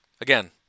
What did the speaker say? again